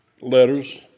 letters